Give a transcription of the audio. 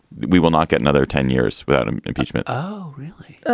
we will not get another ten years without impeachment oh, really?